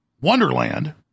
wonderland